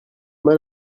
mal